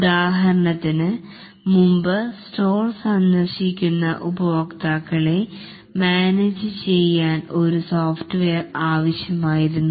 ഉദാഹരണത്തിന് മുമ്പ് സ്റ്റോർ സന്ദർശിക്കുന്ന ഉപഭോക്താക്കളെ മാനേജ് ചെയ്യാൻ ഒരു സോഫ്റ്റ്വെയർ ആവശ്യമായിരുന്നു